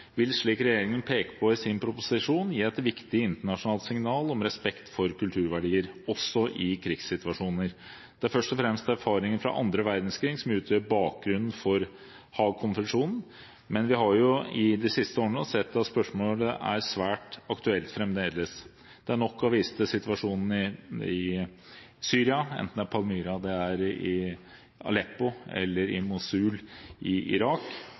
vil, slik regjeringen peker på i sin proposisjon, gi et viktig internasjonalt signal om respekt for kulturverdier, også i krigssituasjoner. Det er først og fremst erfaringer fra annen verdenskrig som utgjør bakgrunnen for Haag-konvensjonen, men vi har de siste årene sett at spørsmålet er svært aktuelt fremdeles. Det er nok å vise til situasjonen i Syria, enten det er i Palmyra, i Aleppo eller i Mosul i Irak.